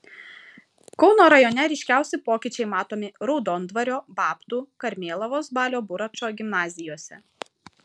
kauno rajone ryškiausi pokyčiai matomi raudondvario babtų karmėlavos balio buračo gimnazijose